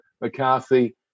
McCarthy